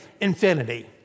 infinity